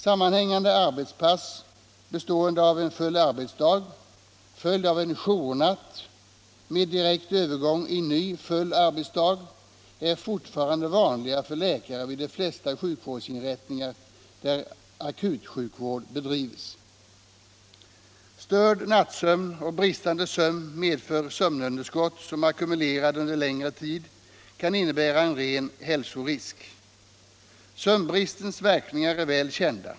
Sammanhängande arbetspass, bestående av en full arbetsdag följd av en journatt och med direkt övergång i en ny full arbetsdag, är fortfarande vanliga för läkare vid de flesta sjukvårdsinrättningar där akutsjukvård bedrivs. Störd nattsömn och bristande sömn medför sömnunderskott som ackumulerat under längre tid kan innebära en ren hälsorisk. Sömnbristens verkningar är väl kända.